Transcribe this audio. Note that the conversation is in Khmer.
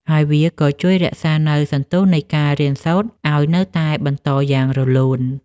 ហើយវាក៏ជួយរក្សានូវសន្ទុះនៃការរៀនសូត្រឱ្យនៅតែបន្តយ៉ាងរលូន។